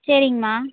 சரிங்கம்மா